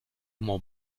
mont